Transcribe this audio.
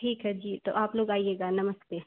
ठीक है जी तो आप लोग आइएगा नमस्ते